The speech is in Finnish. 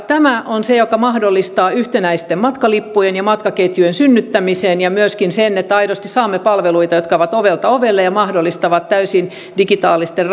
tämä on se joka mahdollistaa yhtenäisten matkalippujen ja matkaketjujen synnyttämisen ja myöskin sen että aidosti saamme palveluita jotka ovat ovelta ovelle ja mahdollistavat täysin digitaalisten